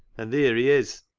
and theer he is.